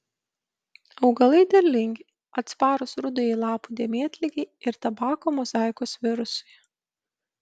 augalai derlingi atsparūs rudajai lapų dėmėtligei ir tabako mozaikos virusui